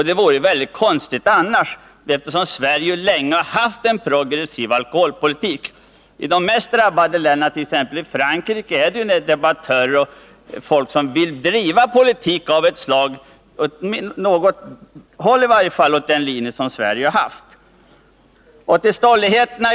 Det vore väldigt konstigt annars, eftersom Sverige länge haft en progressiv alkoholpolitik. I de mest drabbade länderna, t.ex. Frankrike, finns det numera debattörer och politiker som vill driva en politik som i varje fall i viss mån tar efter de principer och metoder vi har i Sverige.